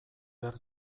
behar